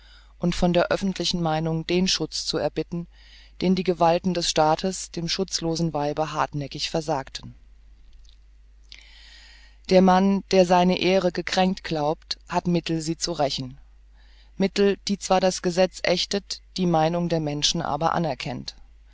und von der öffentlichen meinung den schutz zu erbitten den die gewalten des staates dem schutzlosen weibe hartnäckig versagten der mann der seine ehre gekränkt glaubt hat mittel sie zu rächen mittel die zwar das gesetz ächtet die meinung der menschen aber anerkennt